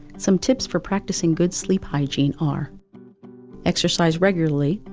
some tips for practicing good sleep hygiene are exercise regularly,